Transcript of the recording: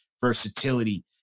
versatility